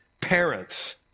parents